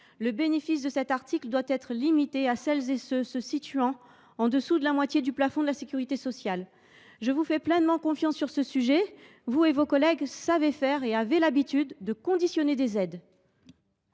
Le bénéfice de cet article doit être limité aux personnes dont les ressources ne dépassent pas la moitié du plafond de la sécurité sociale. Je vous fais pleinement confiance sur ce sujet. Vous et vos collègues savez faire et avez l’habitude de conditionner des aides.